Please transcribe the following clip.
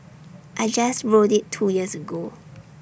I just rode IT two years ago